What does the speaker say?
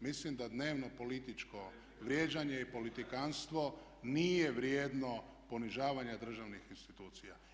Mislim da dnevno političko vrijeđanje i politikantstvo nije vrijedno ponižavanja državnih institucija.